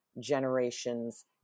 generations